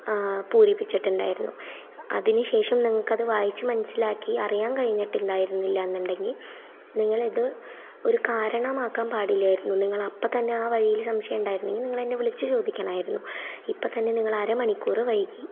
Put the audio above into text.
പൂരിപ്പിച്ചിട്ടുണ്ടായിരുന്നു അതിനുശേഷം നിങ്ങൾക്കത് വായിച്ചു മനസ്സിലാക്കി അറിയാൻ കഴിഞ്ഞിട്ടുണ്ടായിരുന്നില്ലാന്ന് ഉണ്ടെങ്കിൽ നിങ്ങളത് ഒരു കാരണമാക്കാൻ പാടില്ലായിരുന്നു നിങ്ങളപ്പത്തന്നെ ആ വഴിയിൽ സംശയമുണ്ടായിരുന്നെങ്കിൽ നിങ്ങൾ എന്നെ വിളിച്ചു ചോദിക്കണമായിരുന്നു ഇപ്പോൾത്തന്നെ നിങ്ങൾ അരമണിക്കൂർ വൈകി